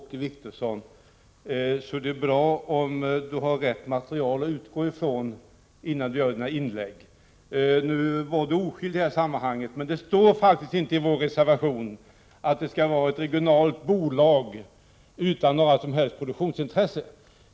Herr talman! Det är bra om Åke Wictorsson har rätt material att utgå från innan han gör sina inlägg. Det står faktiskt inte i vår reservation att det skall vara ett regionalt bolag utan några som helst produktionsintressen.